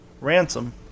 Ransom